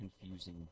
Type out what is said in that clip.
confusing